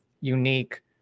unique